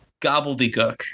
gobbledygook